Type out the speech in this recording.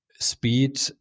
Speed